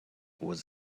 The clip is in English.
was